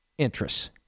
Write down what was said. interests